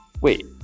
wait